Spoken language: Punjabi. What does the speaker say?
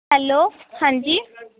ਹੈਲੋ ਹਾਂਜੀ